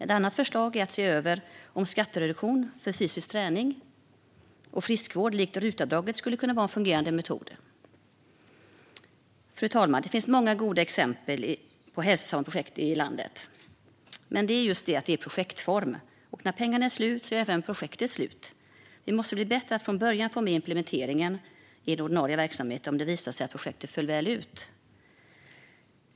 Ett annat förslag är att se över om skattereduktion för fysisk träning och friskvård likt RUT-avdraget skulle kunna vara en fungerande metod. Fru talman! Det finns många goda exempel på hälsosamma projekt i landet. Men det är just det: De är i projektform, och när pengarna är slut är även projektet slut. Vi måste bli bättre på att från början få med implementeringen in i ordinarie verksamhet om det visar sig att projektet föll väl ut.